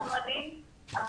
חד משמעית.